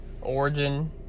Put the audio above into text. origin